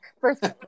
First